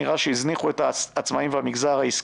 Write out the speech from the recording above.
נראה שהזניחו את העצמאים ואת המגזר העסקי.